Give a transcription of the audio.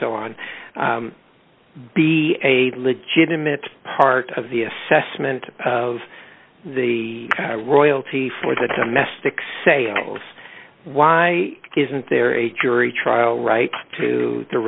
so on be a legitimate part of the assessment of the royalty for the domestic sales why isn't there a jury trial right to the